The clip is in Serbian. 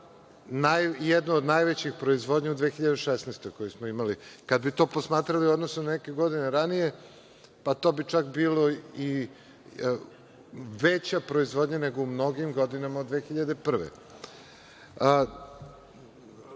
jednu od najvećih proizvodnji u 2016. godini koju smo imali. Kada bismo to posmatrali u odnosu na neke godine ranije, to i čak bilo i veća proizvodnja u mnogim godinama od 2001.